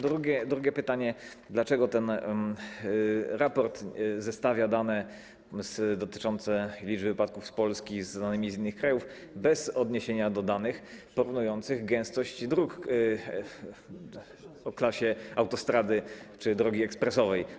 Drugie pytanie: Dlaczego ten raport zestawia dane dotyczące liczby wypadków z Polski z danymi z innych krajów, bez odniesienia do danych porównujących gęstość dróg o klasie autostrady czy drogi ekspresowej?